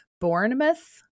Bournemouth